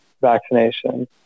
vaccination